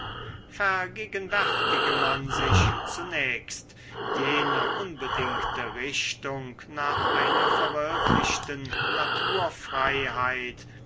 vergegenwärtige man sich zunächst jene unbedingte richtung nach einer verwirklichten